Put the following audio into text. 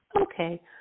Okay